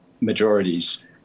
majorities